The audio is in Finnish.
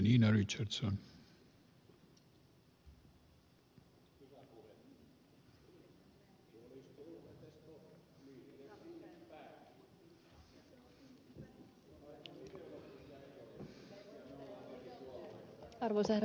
arvoisa herra puhemies